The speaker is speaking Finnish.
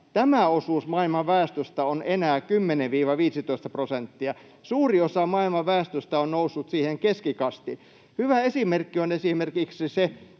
tämä osuus maailman väestöstä on enää 10—15 prosenttia. Suuri osa maailman väestöstä on noussut siihen keskikastiin. Kun väestönkasvusta